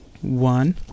one